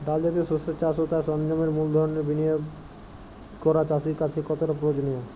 ডাল জাতীয় শস্যের চাষ ও তার সরঞ্জামের মূলধনের বিনিয়োগ করা চাষীর কাছে কতটা প্রয়োজনীয়?